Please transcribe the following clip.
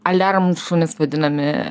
aliarmų šunys vadinami